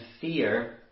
fear